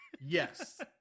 Yes